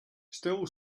still